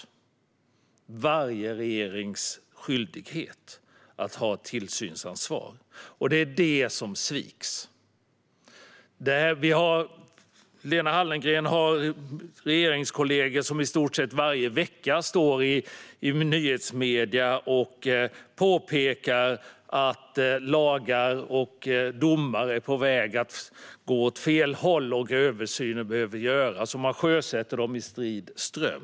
Det är varje regerings skyldighet att ta ett tillsynsansvar, och det är det som sviks. Lena Hallengren har regeringskollegor som i stort sett varje vecka står i nyhetsmedier och påpekar att lagar och domar är på väg att gå åt fel håll och att översyner behöver göras. Man sjösätter också dessa i strid ström.